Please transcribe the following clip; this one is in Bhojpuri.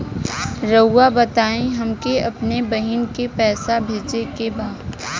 राउर बताई हमके अपने बहिन के पैसा भेजे के बा?